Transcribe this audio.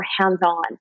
hands-on